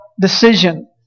decision